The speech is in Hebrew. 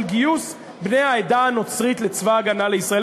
של גיוס בני העדה הנוצרית לצבא הגנה לישראל.